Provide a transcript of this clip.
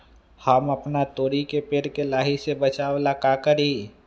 हम अपना तोरी के पेड़ के लाही से बचाव ला का करी?